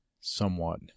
somewhat